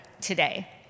today